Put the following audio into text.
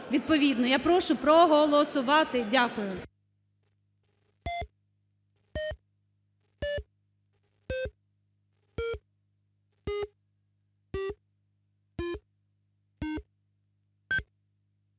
відповідну, я прошу проголосувати. Дякую.